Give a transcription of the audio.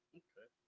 okay